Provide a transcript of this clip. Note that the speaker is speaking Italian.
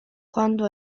quando